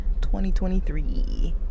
2023